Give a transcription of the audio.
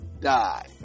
die